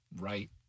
right